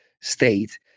state